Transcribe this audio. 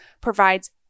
provides